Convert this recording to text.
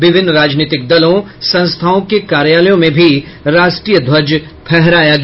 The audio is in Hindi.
विभिन्न राजनीतिक दलों संस्थाओं के कार्यालयों में भी राष्ट्रीय ध्वज फहाराया गया